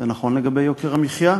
זה נכון לגבי יוקר המחיה,